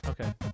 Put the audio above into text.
Okay